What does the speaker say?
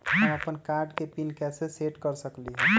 हम अपन कार्ड के पिन कैसे सेट कर सकली ह?